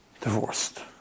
divorced